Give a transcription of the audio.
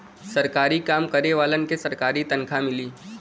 सरकारी काम करे वालन के सरकारी तनखा मिली